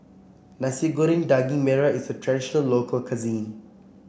Nasi Goreng Daging Merah is a traditional local cuisine